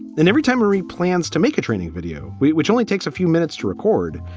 then every time marie plans to make a training video, which which only takes a few minutes to record,